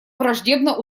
враждебно